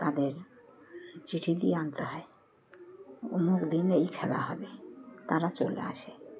তাদের চিঠি দিয়ে আনতে হয় অমুক দিনেই খেলা হবে তারা চলে আসে